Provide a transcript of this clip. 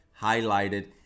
highlighted